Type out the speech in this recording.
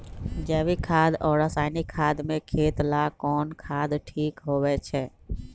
जैविक खाद और रासायनिक खाद में खेत ला कौन खाद ठीक होवैछे?